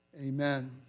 Amen